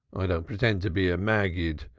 i don't pretend to be a maggid,